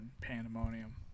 pandemonium